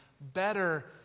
better